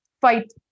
fight